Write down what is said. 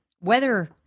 weather